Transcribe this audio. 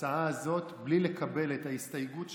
ההצעה הזאת, בלי לקבל את ההסתייגות שלנו,